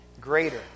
greater